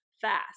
fast